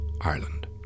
Ireland